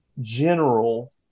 general